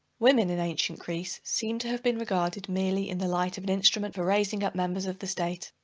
woman, in ancient greece, seems to have been regarded merely in the light of an instrument for raising up members of the state.